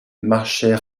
marchait